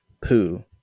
poo